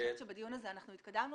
בדיון הזה התקדמנו